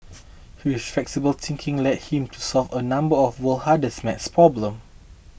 his flexible thinking led him to solve a number of world's hardest math problems